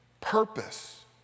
Purpose